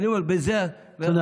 תודה.